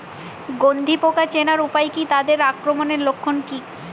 গন্ধি পোকা চেনার উপায় কী তাদের আক্রমণের লক্ষণ কী?